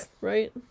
right